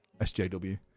SJW